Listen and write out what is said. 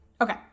Okay